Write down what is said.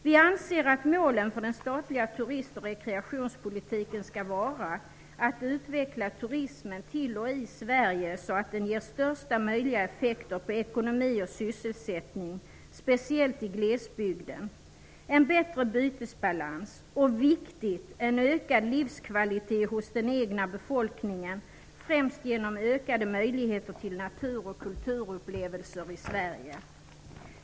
Vi anser att målen för den statliga turist och rekreationspolitiken skall vara att utveckla turismen till och i Sverige så att den ger största möjliga effekter på ekonomi och sysselsättning, speciellt i glesbygden, en bättre bytesbalans och -- vilket är viktigt -- en ökad livskvalitet hos den egna befolkningen, främst genom ökade möjligheter till natur och kulturupplevelser i Sverige.